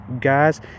guys